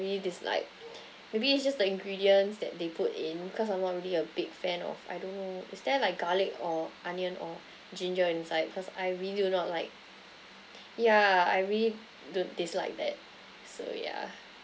really dislike maybe it's just the ingredients that they put in cause I'm not really a big fan of I don't know is there like garlic or onion or ginger inside cause I really do not like yeah I really don't dislike that so yeah